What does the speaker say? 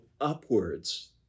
upwards